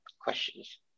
questions